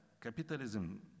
capitalism